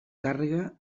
càrrega